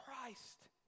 Christ